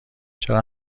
چرا